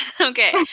Okay